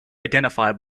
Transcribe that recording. identified